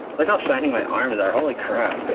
like off shiny my arm is our holy crap